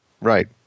Right